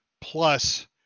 Plus